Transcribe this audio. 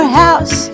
house